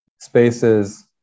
spaces